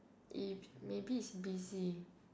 if maybe he's busy